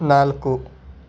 ನಾಲ್ಕು